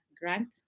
grant